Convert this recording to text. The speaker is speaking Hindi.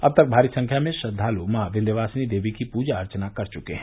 अब तक भारी संख्या में श्रद्वाल मॉ विन्ध्यवासिनी देवी की पूजा अर्चना कर चुके हैं